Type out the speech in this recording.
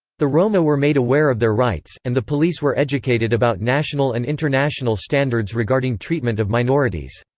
the roma were made aware of their rights, and the police were educated about national and international standards regarding treatment of minorities.